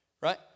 Right